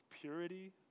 purity